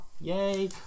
yay